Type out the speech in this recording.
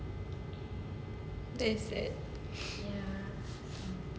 that is sad